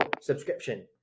subscription